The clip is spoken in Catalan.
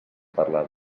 parlar